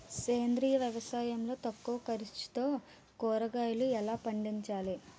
సేంద్రీయ వ్యవసాయం లో తక్కువ ఖర్చుతో కూరగాయలు ఎలా పండించాలి?